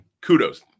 Kudos